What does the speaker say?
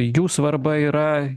jų svarba yra